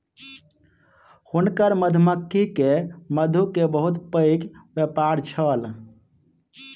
हुनकर मधुमक्खी के मधु के बहुत पैघ व्यापार छल